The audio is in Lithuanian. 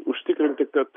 užtikrinti kad